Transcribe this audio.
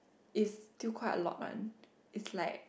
is still quite a lot one is like